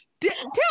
Tell